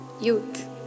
youth